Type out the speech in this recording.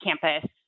campus